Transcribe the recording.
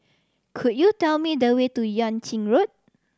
could you tell me the way to Yuan Ching Road